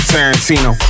Tarantino